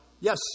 Yes